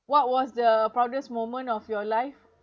what was the proudest moment of your life